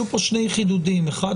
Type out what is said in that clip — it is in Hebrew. יהיו פה שני חידודים: אחד,